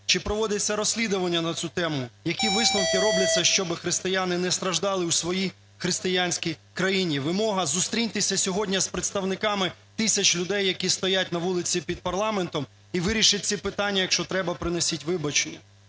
Чи проводиться розслідування на цю тему? Які висновки робляться, щоб християни не страждали у своїй християнській країні? Вимога. Зустрінеться сьогодні з представниками тисяч людей, які стоять на вулиці під парламентом і вирішить ці питання, якщо треба, принесіть вибачення.